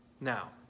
Now